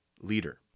leader